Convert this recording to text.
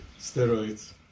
steroids